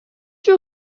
you